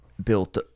Built